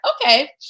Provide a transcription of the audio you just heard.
okay